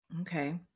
Okay